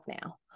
now